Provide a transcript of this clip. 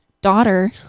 daughter